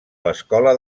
l’escola